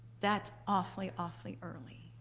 that's awfully, awfully early.